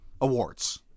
awards